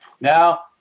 now